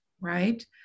right